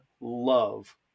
love